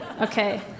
Okay